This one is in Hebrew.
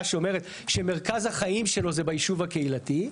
שאומרת שמרכז החיים שלו זה בישוב הקהילתי,